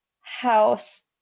house